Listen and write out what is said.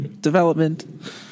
development